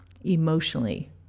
emotionally